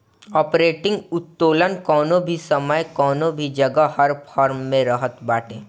operating उत्तोलन कवनो भी समय कवनो भी जगह हर फर्म में रहत बाटे